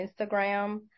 Instagram